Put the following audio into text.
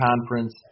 Conference